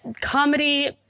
comedy